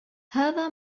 هذا